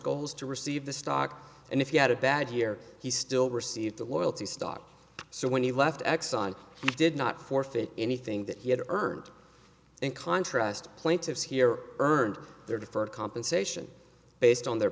goals to receive the stock and if you had a bad year he still received a loyalty stock so when he left exxon he did not forfeit anything that he had earned in contrast plaintiffs here earned their deferred compensation based on their